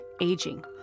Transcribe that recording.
aging